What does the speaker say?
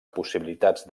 possibilitats